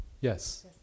Yes